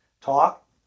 talk